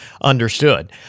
understood